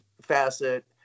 facet